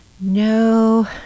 no